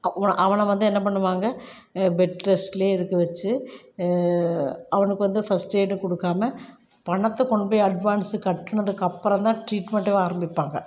அவனை அவனை வந்து என்ன பண்ணுவாங்க பெட் ரெஸ்ட்லேயே இருக்க வெச்சு அவனுக்கு வந்து ஃபர்ஸ்ட் எய்டு கொடுக்காம பணத்தைக் கொண்டு போய் அட்வான்ஸு கட்டினதுக்கு அப்புறந்தான் ட்ரீட்மெண்ட்டே ஆரம்பிப்பாங்க